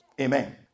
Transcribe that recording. Amen